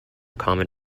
common